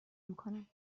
میکنم